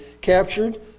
captured